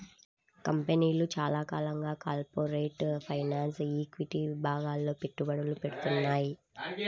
కంపెనీలు చాలా కాలంగా కార్పొరేట్ ఫైనాన్స్, ఈక్విటీ విభాగాల్లో పెట్టుబడులు పెడ్తున్నాయి